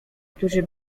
którzy